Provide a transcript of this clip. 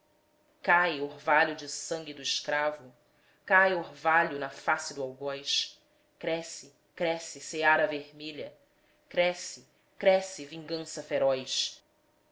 cai orvalho de sangue do escravo cai orvalho na face do algoz cresce cresce seara vermelha cresce cresce vingança feroz